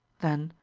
then,